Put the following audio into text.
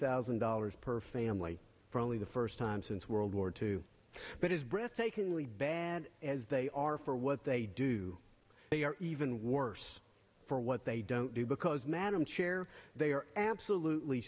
thousand dollars per family for only the first time since world war two but as breathtakingly bad as they are for what they do they are even worse for what they don't do because madam chair they are absolutely